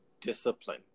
discipline